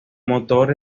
motor